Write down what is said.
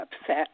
upset